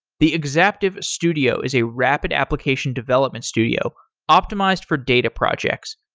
the exaptive studio is a rapid application development studio optimized for data projects.